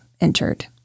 entered